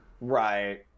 Right